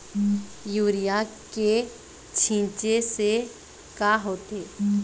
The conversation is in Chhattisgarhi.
यूरिया के छींचे से का होथे?